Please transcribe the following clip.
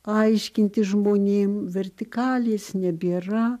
aiškinti žmonėm vertikalės nebėra